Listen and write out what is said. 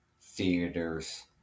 theaters